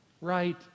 Right